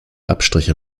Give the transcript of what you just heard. abstriche